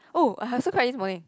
oh I also cried this morning